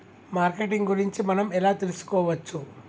Marketing గురించి మనం ఎలా తెలుసుకోవచ్చు?